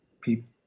people